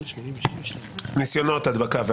ניסיונות הדבקה.